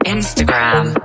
Instagram